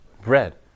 bread